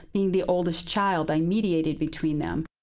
being the oldest child, i mediated between them.